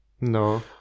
No